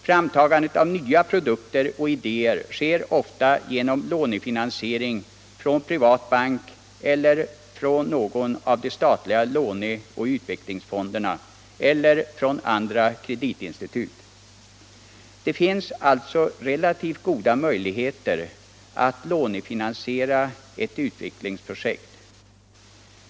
Framtagandet av nya produkter och idéer sker ofta genom lånefinansiering från privat bank eller från någon av de statliga låne och utvecklingsfonderna eller från andra kreditinstitut. Det finns alltså relativt goda möjligheter att lånefinansiera ett utvecklingsprojekt.